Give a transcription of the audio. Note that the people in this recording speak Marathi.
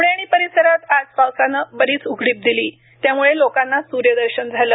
पुणे आणि परिसरात आज पावसानं बऱीच उघडीप दिली त्यामुळे लोकांना सूर्यदर्शन झालं